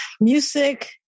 music